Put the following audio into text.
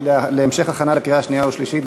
התשע"ד 2013,